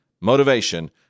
Motivation